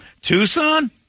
Tucson